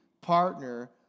partner